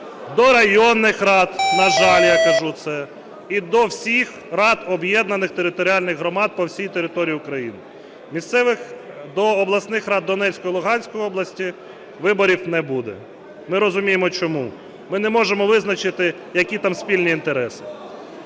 до районних рад, на жаль, я кажу це, і до всіх рад об'єднаних територіальних громад по всій території України. Місцевих до обласних рад Донецької і Луганської області виборів не буде. Ми розуміємо чому. Ми не можемо визначити, які там спільні інтереси.